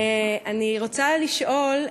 אני רוצה לשאול,